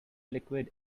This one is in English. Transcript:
liquid